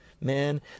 man